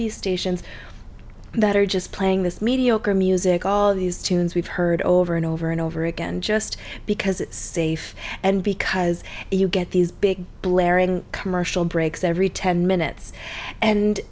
these stations that are just playing this mediocre music all of these tunes we've heard over and over and over again just because it's safe and because you get these big blaring commercial breaks every ten minutes and